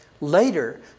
later